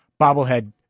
bobblehead